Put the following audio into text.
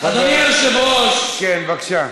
אדוני היושב-ראש, כן, בבקשה.